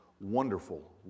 wonderful